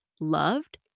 loved